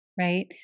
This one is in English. right